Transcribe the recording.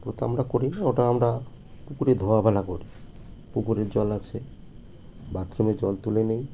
ও তো আমরা করি না ওটা আমরা পুকুরে ধোয়া মেলা করি পুকুরের জল আছে বাথরুমে জল তুলে নেই